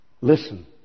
Listen